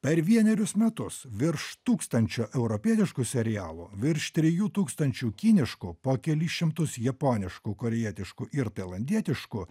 per vienerius metus virš tūkstančio europietiškų serialo virš trijų tūkstančių kiniškų po kelis šimtus japoniškų korėjietiškų ir tailandietiškų